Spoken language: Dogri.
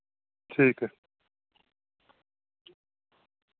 ठीक ऐ